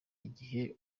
igihe